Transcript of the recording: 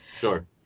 Sure